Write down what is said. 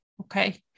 Okay